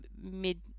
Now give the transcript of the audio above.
mid